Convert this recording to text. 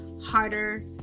harder